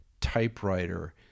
typewriter